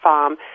Farm